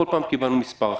כל פעם קיבלנו מספר אחר.